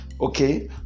okay